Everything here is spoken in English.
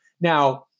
Now